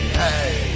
hey